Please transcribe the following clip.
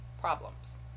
problems